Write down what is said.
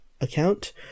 account